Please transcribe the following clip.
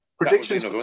Predictions